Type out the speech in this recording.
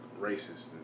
racist